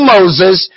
Moses